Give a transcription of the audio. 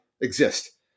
exist